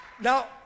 Now